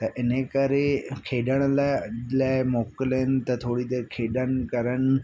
त इन करे खेॾण लाइ लाइ मोकिलियुनि त थोरी देरि खेॾनि करनि